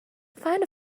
find